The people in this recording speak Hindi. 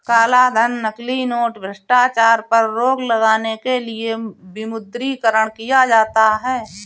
कालाधन, नकली नोट, भ्रष्टाचार पर रोक लगाने के लिए विमुद्रीकरण किया जाता है